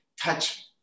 touch